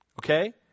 Okay